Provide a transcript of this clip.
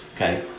okay